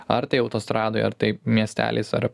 ar tai autostradoj ar tai miesteliais ar